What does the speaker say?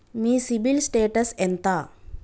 మీ CIBIL status ఎంత?